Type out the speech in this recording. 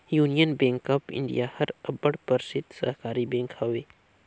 union bank of India हर अब्बड़ परसिद्ध सहकारी बेंक हवे